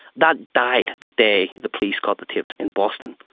that died the day the police got the tapes in boston.